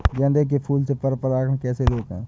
गेंदे के फूल से पर परागण कैसे रोकें?